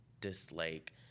dislike